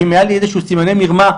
שאם היו לי איזשהם סימני מרמה,